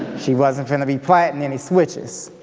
she wasn't going to be planting any switches.